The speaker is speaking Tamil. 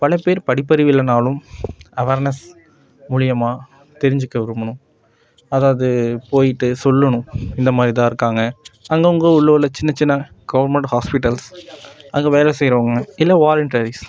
பலபேர் படிப்பறிவு இல்லைன்னாலும் அவர்னஸ் மூலயமா தெரிஞ்சுக்க விரும்பணும் அதாவுது போயிட்டு சொல்லணும் இந்தமாதிரிதான் இருக்காங்க அங்கங்கே உள்ள உள்ள சின்ன சின்ன கவுர்மண்ட் ஹாஸ்ப்பிட்டல்ஸ் அங்கே வேலை செய்யிறவங்க இல்லை வாலன்ட்டரிஸ்